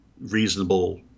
reasonable